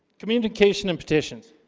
communication and petitions